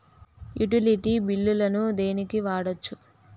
Utility బిల్లులను దేనికి వాడొచ్చు?